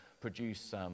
produce